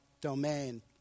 domain